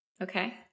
Okay